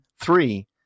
three